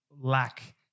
lack